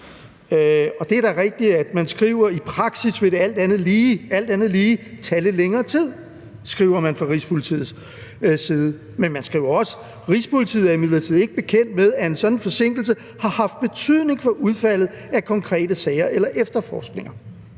side skriver, at det i praksis alt andet lige vil tage lidt længere tid, men man skriver også: »Rigspolitiet er imidlertid ikke bekendt med, at en sådan forsinkelse har haft betydning for udfaldet af konkrete sager eller efterforskninger.